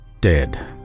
dead